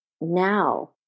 now